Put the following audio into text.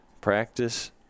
Practice